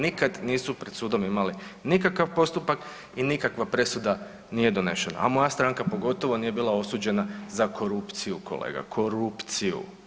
Nikad nisu pred sudom imali nikakav postupak i nikakva presuda nije donešena, a moja stranka pogotovo nije bila osuđena za korupciju kolega, korupciju.